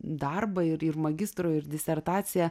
darbą ir magistro ir disertaciją